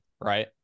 right